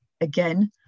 Again